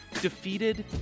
defeated